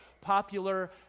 popular